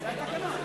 זה התקנון.